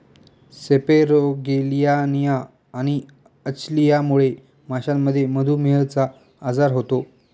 सेपेरोगेलियानिया आणि अचलियामुळे माशांमध्ये मधुमेहचा आजार होतो